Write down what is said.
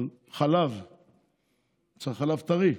אבל צריך חלב טרי,